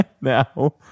Now